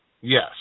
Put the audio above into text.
Yes